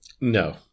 no